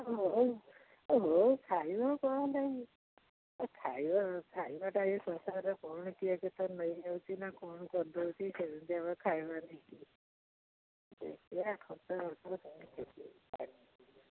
ହଉ ହଉ ଖାଇବା କ'ଣ ନାଇଁ ଖାଇବା ଖାଇବାଟା ଏ ସଂସାରରେ କ'ଣ କିଏ କେତେ ନେଇଯାଉଛି ନା କ'ଣ କରିଦେଉଛି ସେମିତି ଖାଇବା ନେଇକି ଖର୍ଚ୍ଚ